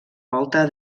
volta